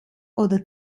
oder